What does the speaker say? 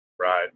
Right